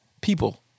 People